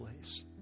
place